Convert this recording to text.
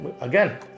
again